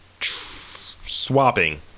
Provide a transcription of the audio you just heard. swapping